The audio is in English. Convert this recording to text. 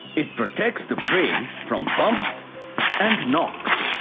it protects the brain from bumps and knocks.